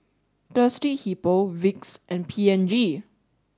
Thirsty Hippo Vicks and P and G